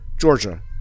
Georgia